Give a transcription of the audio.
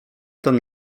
ten